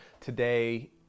today